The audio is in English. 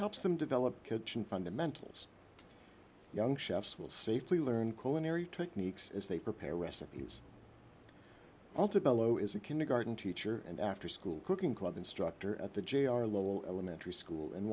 helps them develop kitchen fundamentals young chefs will safely learn coronary techniques as they prepare recipes ulta bello is a kindergarten teacher and afterschool cooking club instructor at the jr level elementary school in